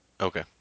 okay